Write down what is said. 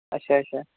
اچھا اچھا